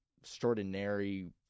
extraordinary